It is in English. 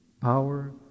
Power